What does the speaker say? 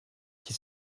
qui